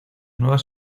nuevas